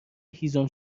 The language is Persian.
هیزم